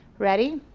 ready,